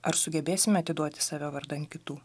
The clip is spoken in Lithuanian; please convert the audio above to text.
ar sugebėsime atiduoti save vardan kitų